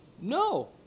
No